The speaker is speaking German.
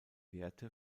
werte